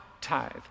tithe